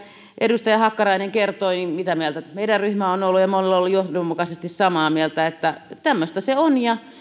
edustaja hakkarainen kertoi mitä mieltä meidän ryhmämme on ollut ja me olemme olleet johdonmukaisesti samaa mieltä tämmöistä se on ja